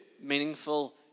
meaningful